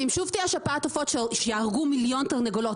ואם שוב תהיה שפעת עופות ויהרגו מיליון תרנגולות?